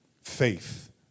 Faith